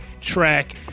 track